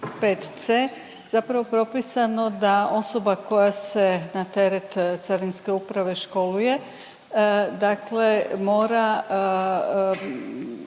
zapravo propisano da osoba koja se na teret Carinske uprave školuje dakle mora